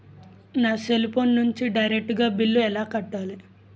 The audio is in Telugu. నా సెల్ ఫోన్ నుంచి డైరెక్ట్ గా బిల్లు ఎలా కట్టాలి?